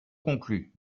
conclus